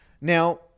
Now